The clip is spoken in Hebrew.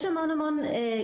יש המון קשיים,